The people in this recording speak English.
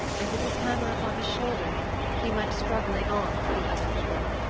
and with his hammer upon his shoulder he went struggling on to the other river.